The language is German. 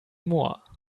moor